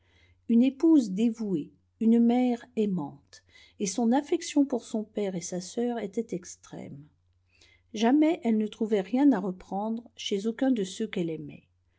une épouse dévouée une mère aimante et son affection pour son père et sa sœur était extrême jamais elle ne trouvait rien à reprendre chez aucun de ceux qu'elle aimait